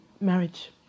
marriage